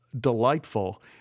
delightful